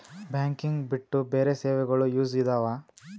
Banking ಬಿಟ್ಟು ಬೇರೆ ಸೇವೆಗಳು ಯೂಸ್ ಇದಾವ?